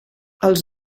els